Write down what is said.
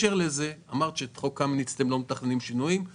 אמרת שאתם לא מתכננים שינויים בחוק קמיניץ.